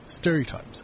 stereotypes